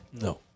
No